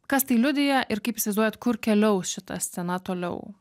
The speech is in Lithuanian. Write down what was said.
kas tai liudija ir kaip įsivaizduojat kur keliaus šita scena toliau